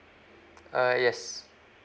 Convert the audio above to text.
uh yes